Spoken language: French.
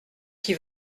qui